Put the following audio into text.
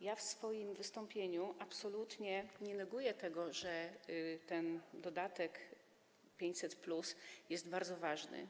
Ja w swoim wystąpieniu absolutnie nie neguję tego, że dodatek 500+ jest bardzo ważny.